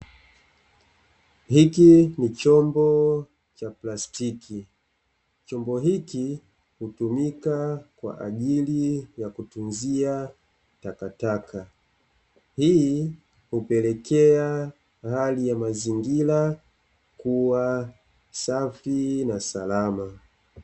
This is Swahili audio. Hiki ni chombo cha plastiki chombo hiki hutumika kwa ajili ya kutunzia takataka hii hupelekea hali ya mazingira kuwa safi na salama.